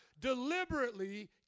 deliberately